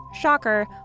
shocker